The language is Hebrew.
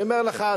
אני אומר לך,